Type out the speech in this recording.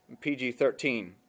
pg-13